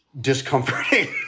discomforting